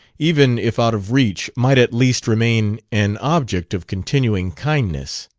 even if out of reach, might at least remain an object of continuing kindness.